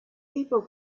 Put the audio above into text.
people